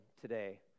today